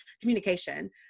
communication